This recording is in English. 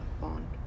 bond